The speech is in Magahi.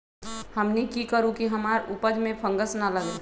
हमनी की करू की हमार उपज में फंगस ना लगे?